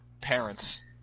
parents